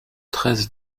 treize